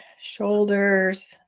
shoulders